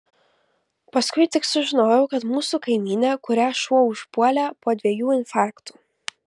paskui tik sužinojau kad mūsų kaimynė kurią šuo užpuolė po dviejų infarktų